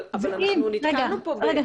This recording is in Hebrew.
אבל אנחנו נתקלנו פה באיגרת --- רגע,